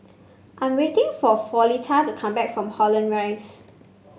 I'm waiting for Floretta to come back from Holland Rise